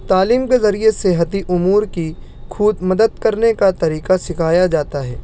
تعلیم کے ذریعہ صحتی امور کی خود مدد کرنے کا طریقہ سکھایا جاتا ہے